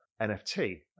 NFT